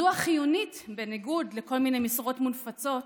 זו החיונית, בניגוד לכל מיני משרות מונפצות,